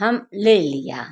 हम ले लिया